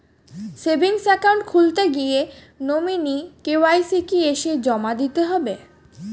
Savings account খুলতে গিয়ে nominee KYC কি এসে জমা দিতে হবে?